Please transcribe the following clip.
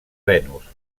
venus